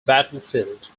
battlefield